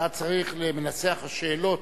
אתה צריך להבהיר למנסח השאלות